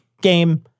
Game